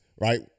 right